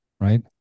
right